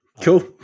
Cool